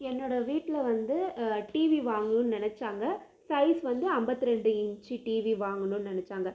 என்னோடய வீட்டில் வந்து டிவி வாங்கணுன்னு நினச்சாங்க சைஸ் வந்து ஐம்பத்தி ரெண்டு இன்ச்சு டிவி வாங்கணுன்னு நினச்சாங்க